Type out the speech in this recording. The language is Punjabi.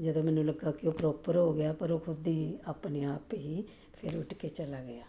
ਜਦੋਂ ਮੈਨੂੰ ਲੱਗਾ ਕਿ ਉਹ ਪ੍ਰੋਪਰ ਹੋ ਗਿਆ ਪਰ ਉਹ ਖੁਦ ਹੀ ਆਪਣੇ ਆਪ ਹੀ ਫਿਰ ਉੱਡ ਕੇ ਚਲਾ ਗਿਆ